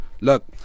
Look